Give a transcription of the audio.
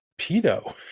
pedo